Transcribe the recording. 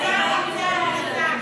אנחנו לא גורמות עוול.